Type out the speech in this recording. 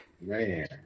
Man